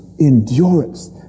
endurance